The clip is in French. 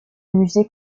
musée